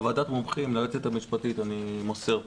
ועדת המומחים, ליועצת המשפטית אני מוסר פה,